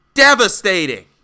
Devastating